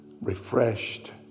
refreshed